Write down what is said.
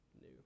new